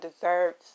deserves